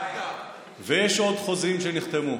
ויש עוד חוזים שנחתמו.